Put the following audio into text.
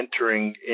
entering